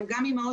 הן גם אימהות,